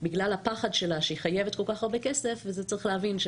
בגלל הפחד שלה שהיא חייבת כל כך הרבה כסף ואת זה צריך להבין,